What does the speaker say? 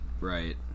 right